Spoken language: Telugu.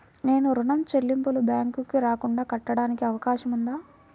నేను ఋణం చెల్లింపులు బ్యాంకుకి రాకుండా కట్టడానికి అవకాశం ఉందా?